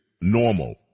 Normal